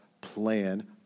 plan